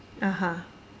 (uh huh)